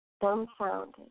dumbfounded